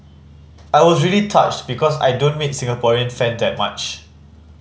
I was really touched because I don't meet Singaporean fan that much